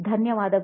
ಧನ್ಯವಾದಗಳು